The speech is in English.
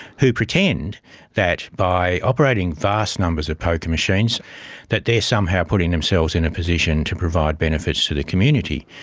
who pretend that by operating vast numbers of poker machines that they are somehow putting themselves in a position to provide benefits to the community.